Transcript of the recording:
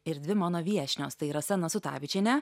ir dvi mano viešnios tai rasa nasutavičienė